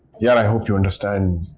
yaar, i hope you understand